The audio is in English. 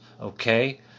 okay